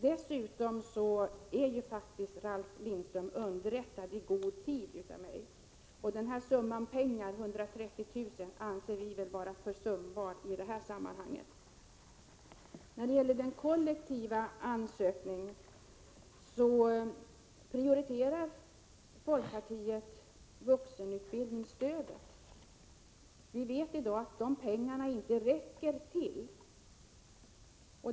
Dessutom var Ralf Lindström i god tid underrättad av mig. Summan, 130 000 kr., anser vi nog vara försumbar i det här sammanhanget. När det gäller den kollektiva ansökningen prioriterar folkpartiet vuxenutbildningsstödet. Vi vet i dag att de pengarna inte räcker till.